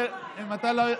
יותר קל להגיד